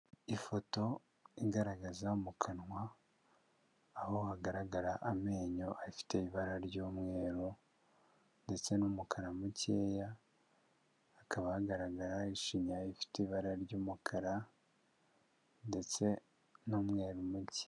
Ifoto igaragaza mu kanwa, aho hagaragara amenyo afite ibara ry'umweru ndetse n'umukara mukeya, hakaba hagaragara ishinya ifite ibara ry'umukara ndetse n'umweru muke.